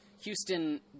Houston